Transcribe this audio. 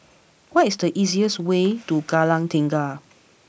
what is the easiest way to Kallang Tengah